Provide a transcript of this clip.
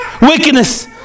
Wickedness